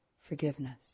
forgiveness